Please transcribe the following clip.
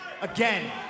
Again